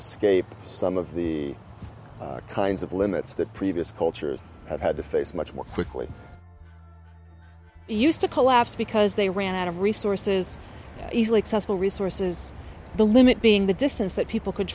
escape some of the kinds of limits that previous cultures have had to face much more quickly they used to collapse because they ran out of resources easily accessible resources the limit being the distance that people could